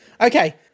Okay